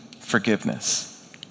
forgiveness